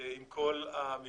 עם כל המבנים: